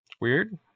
weird